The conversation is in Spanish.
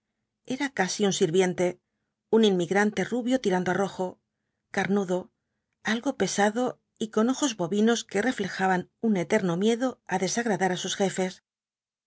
era casi un sirviente un inmigrante rubio tirando á rojo carnudo algo pesado y con ojos bovinos que reflejaban un eterno miedo á desagradar á sus jefes